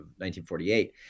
1948